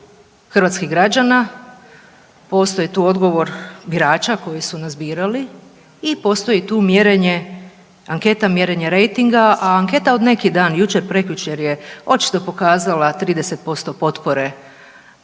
hrvatskih građana, postoji tu odgovor birača koji su nas birali i postoji tu mjerenje, anketa mjerenja rejtinga. A anketa od neki dan, jučer, prekjučer je očito pokazala 30% potpore hrvatskih